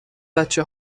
بچه